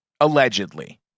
Allegedly